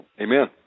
Amen